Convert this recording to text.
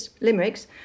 limericks